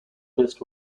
best